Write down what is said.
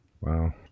Wow